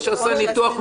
גיסו,